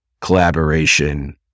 collaboration